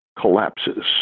collapses